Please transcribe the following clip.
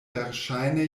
verŝajne